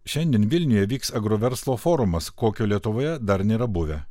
šiandien vilniuje vyks agroverslo forumas kokio lietuvoje dar nėra buvę